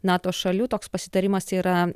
nato šalių toks pasitarimas yra